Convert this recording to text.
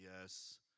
Yes